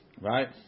right